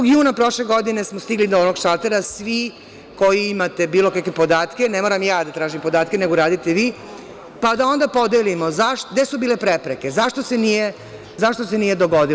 Prvog juna prošle godine smo stigli do ovog šaltera, svi koji imate bilo kakve podatke, ne moram ja da tražim podatke, nego uradite vi, pa da onda podelimo zašto, gde su bile prepreke, zašto se nije dogodilo?